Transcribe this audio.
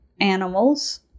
animals